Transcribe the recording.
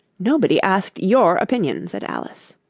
nobody asked your opinion said alice.